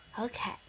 Okay